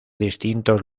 distintos